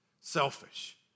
Selfish